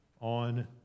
on